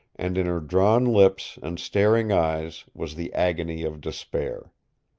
and in her drawn lips and staring eyes was the agony of despair.